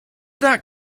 that